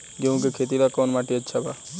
गेहूं के खेती ला कौन माटी अच्छा बा?